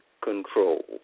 control